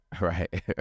right